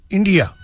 India